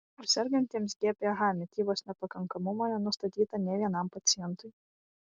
o sergantiems gph mitybos nepakankamumo nenustatyta nė vienam pacientui